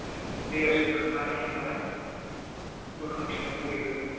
उम दैआव सोमखांनानै ओमफ्राय बोखांफिननांगौ बेखौ